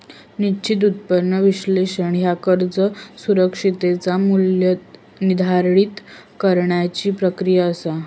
निश्चित उत्पन्न विश्लेषण ह्या कर्ज सुरक्षिततेचा मू्ल्य निर्धारित करण्याची प्रक्रिया असा